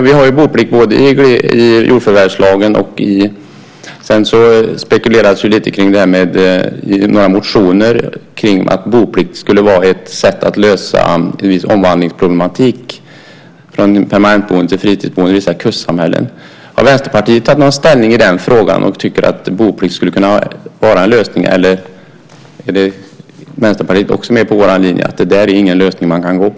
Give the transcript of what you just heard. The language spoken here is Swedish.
Vi har ju boplikt i jordförvärvslagen, och sedan spekuleras det i några motioner kring att boplikt skulle vara ett sätt att lösa viss omvandlingsproblematik, från permanentboende till fritidsboende, i vissa kustsamhällen. Har Vänsterpartiet tagit ställning i den frågan? Tycker de att boplikt skulle kunna vara en lösning? Eller är Vänsterpartiet också med på vår linje, att det där inte är någon lösning man kan gå på?